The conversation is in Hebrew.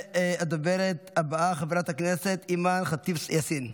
הדוברת הבאה, חברת הכנסת אימאן ח'טיב יאסין,